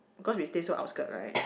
because we stay so outskirt right